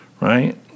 right